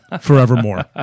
forevermore